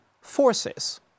forces